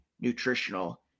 nutritional